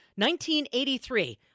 1983